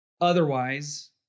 otherwise